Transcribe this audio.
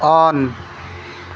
on